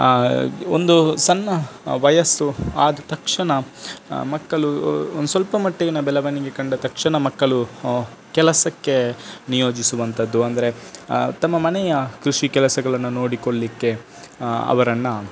ಒಂದು ಸಣ್ಣ ವಯಸ್ಸು ಆದ ತಕ್ಷಣ ಮಕ್ಕಳು ಒಂದು ಸ್ವಲ್ಪ ಮಟ್ಟಿಗಿನ ಬೆಳವಣಿಗೆ ಕಂಡ ತಕ್ಷಣ ಮಕ್ಕಳು ಕೆಲಸಕ್ಕೆ ನಿಯೋಜಿಸುವಂಥದ್ದು ಅಂದರೆ ತಮ್ಮ ಮನೆಯ ಕೃಷಿ ಕೆಲಸಗಳನ್ನು ನೋಡಿಕೊಳ್ಳಿಕ್ಕೆ ಅವರನ್ನು